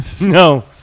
No